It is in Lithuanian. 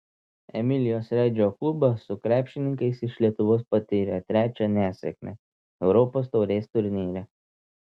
emilijos redžo klubas su krepšininkais iš lietuvos patyrė trečią nesėkmę europos taurės turnyre